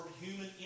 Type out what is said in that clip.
human